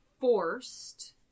forced